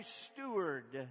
steward